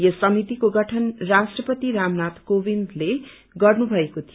यस समितिको गठन राष्ट्रपति रामनाथ कोविन्दले गर्नुभएको थियो